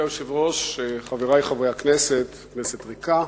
אדוני היושב-ראש, חברי חברי הכנסת, כנסת ריקה,